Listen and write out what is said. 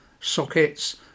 sockets